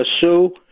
Sue